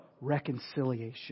reconciliation